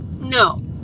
no